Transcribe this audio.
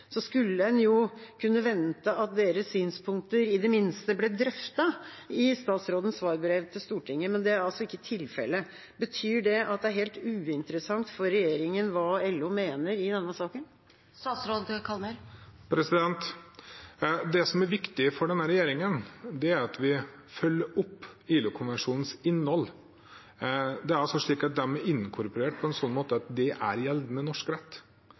skulle en kunne vente at deres synspunkter i det minste ble drøftet i statsrådens svarbrev til Stortinget, men det er altså ikke tilfellet. Betyr det at det er helt uinteressant for regjeringa hva LO mener i denne saken? Det som er viktig for denne regjeringen, er at vi følger opp ILO-konvensjonenes innhold. De er inkorporert på en slik måte at det er gjeldende norsk rett. Jeg tror ikke vi skal komme opp i en situasjon der vi nedgraderer hva som er gjeldende norsk rett,